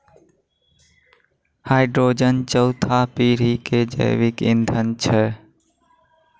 hydrogen चौथा पीढ़ी के जैविक ईंधन छै